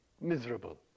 miserable